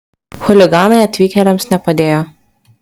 chuliganai atvykėliams nepadėjo